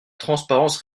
transparence